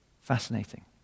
fascinating